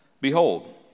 Behold